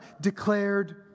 declared